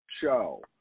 show